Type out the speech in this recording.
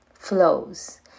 flows